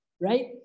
right